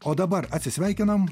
o dabar atsisveikinam